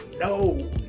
no